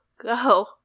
go